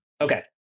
okay